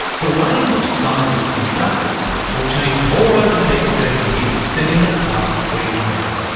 the way in which science is conducted will change more over the next thirty years than in the past three hundred.